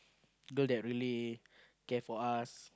girl that really care for us